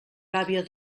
gàbia